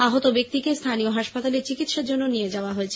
আহত ব্যক্তিকে স্থানীয় হাসপাতালে চিকিৎসার জন্য নিয়ে যাওয়া হয়েছে